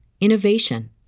innovation